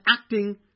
acting